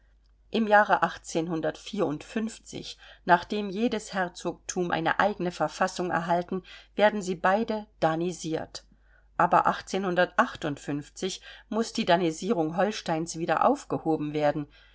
im jahre nachdem jedes herzogtum eine eigene verfassung erhalten werden sie beide danisiert aber muß die danisierung holsteins wieder aufgehoben werden